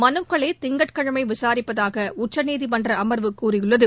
மனுக்களை திங்கட்கிழமை விசாரிப்பதாக உச்சநீதிமன்ற அமர்வு கூறியுள்ளது